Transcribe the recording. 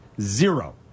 Zero